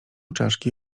czaszki